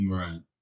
right